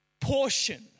portion